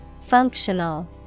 Functional